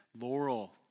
Laurel